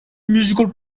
musical